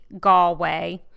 Galway